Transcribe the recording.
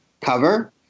cover